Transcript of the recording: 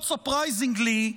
Not surprisingly,